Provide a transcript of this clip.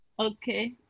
Okay